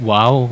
Wow